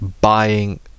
buying